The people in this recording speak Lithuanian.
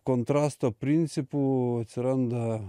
kontrasto principų atsiranda